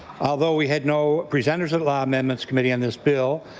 although we had no presenters at law amendments committee on this bill,